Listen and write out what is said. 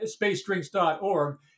spacedrinks.org